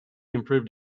improved